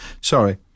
sorry